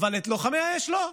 אבל את לוחמי האש לא.